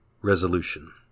Resolution